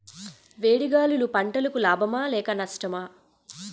వేడి గాలులు పంటలకు లాభమా లేక నష్టమా?